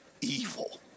evil